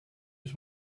was